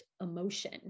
emotion